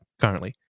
currently